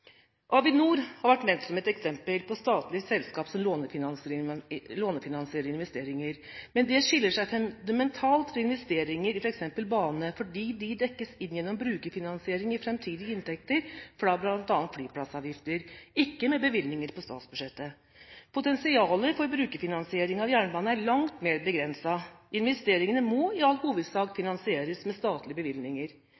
Avinor har vært nevnt som et eksempel på et statlig selskap som lånefinansierer investeringer. Men disse skiller seg fundamentalt fra investeringer f.eks. i bane, fordi de dekkes inn gjennom brukerfinansiering i framtidige inntekter fra bl.a. flyplassavgifter – ikke gjennom bevilgninger på statsbudsjettet. Potensialet for brukerfinansiering av jernbane er langt mer begrenset. Investeringene må i all hovedsak